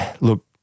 look